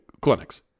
clinics